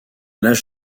l’âge